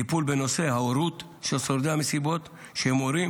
טיפול בנושא ההורות של שורדי המסיבות שהם הורים,